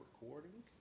recording